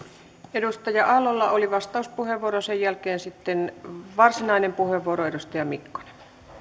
edustaja aallolla oli vastauspuheenvuoro sen jälkeen sitten varsinainen puheenvuoro edustaja mikkonen